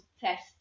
test